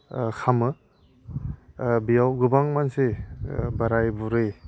खालामो बेयाव गोबां मानसि बोराय बुरै